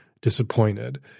disappointed